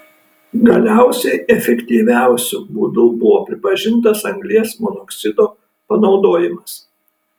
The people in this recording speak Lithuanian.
galiausiai efektyviausiu būdu buvo pripažintas anglies monoksido panaudojimas